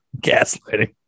gaslighting